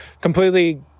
completely